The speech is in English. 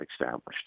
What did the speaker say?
established